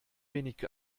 wenig